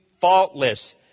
faultless